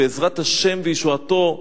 בעזרת השם וישועתו,